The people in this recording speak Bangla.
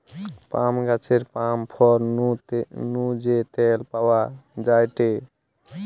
পাম গাছের পাম ফল নু যে তেল পাওয়া যায়টে